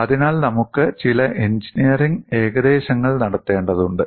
അതിനാൽ നമുക്ക് ചില എഞ്ചിനീയറിംഗ് ഏകദേശങ്ങൾ നടത്തേണ്ടതുണ്ട്